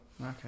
Okay